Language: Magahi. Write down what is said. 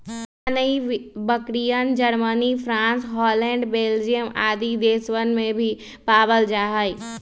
सानेंइ बकरियन, जर्मनी, फ्राँस, हॉलैंड, बेल्जियम आदि देशवन में भी पावल जाहई